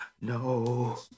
no